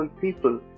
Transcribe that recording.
people